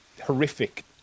horrific